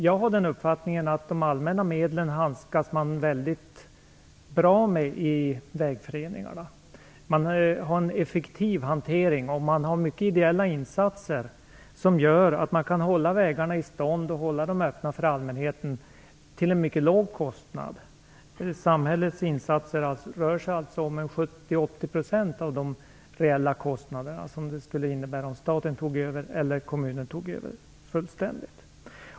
Jag har uppfattningen att man handskas mycket bra med de allmänna medlen i vägföreningarna. Man har en effektiv hantering, och man gör många ideella insatser, som gör att man kan hålla vägarna i stånd och hålla dem öppna för allmänheten till en mycket låg kostnad. Samhällets insatser rör sig alltså om 70 80 % av de reella kostnaderna som det skulle innebära om staten eller kommunen tog över fullt ut.